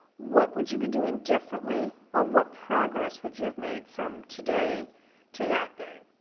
what would you be doing differently, or what progress would you have made from today to that day.